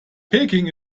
peking